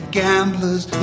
gamblers